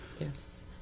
Yes